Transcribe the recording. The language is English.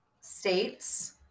states